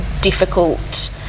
difficult